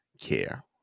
care